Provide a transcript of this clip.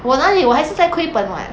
我哪里我还是在亏本 [what]